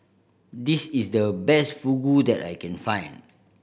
this is the best Fugu that I can find